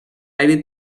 aire